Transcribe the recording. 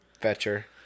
fetcher